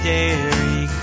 Dairy